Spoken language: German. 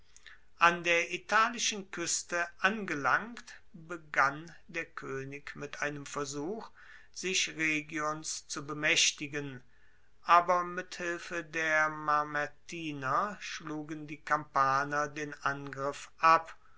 an der italischen kueste angelangt begann der koenig mit einem versuch sich rhegions zu bemaechtigen aber mit hilfe der mamertiner schlugen die kampaner den angriff ab